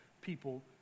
people